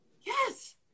Yes